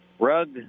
Rug